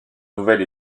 nouvelle